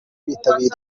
bitabiriye